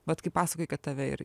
vat kaip pasakojai kad tave ir